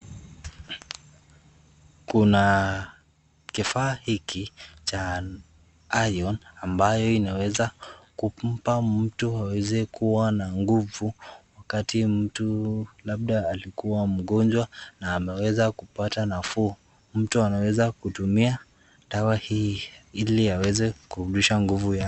Kuna kifaa hiki cha iron ambayo inaweza kumpa mtu aweze kuwa na nguvu wakati mtu labda alikuwa mgonjwa na ameweza kupata nafuu. Mtu ameweza kutumia dawa hii ili aweze kurudisha nguvu yake.